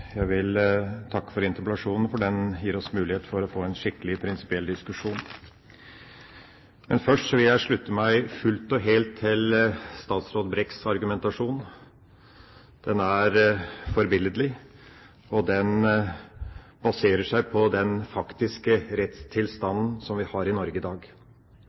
Jeg vil takke for interpellasjonen, for den gir oss mulighet for å få en skikkelig prinsipiell diskusjon. Men først vil jeg slutte meg fullt og helt til statsråd Brekks argumentasjon. Den er forbilledlig, og den baserer seg på den faktiske rettstilstanden som vi har i Norge i dag.